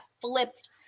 flipped